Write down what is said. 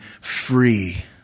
free